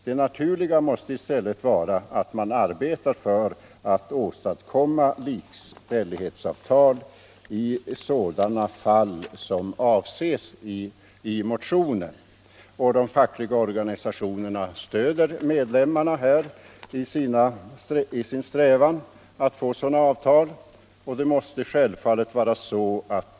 Det naturliga måste vara att man för de fall som avses i motionen arbetar på att åstadkomma likställighetsavtal. De fackliga organisationerna stöder sina medlemmar i deras strävan att få sådana avtal.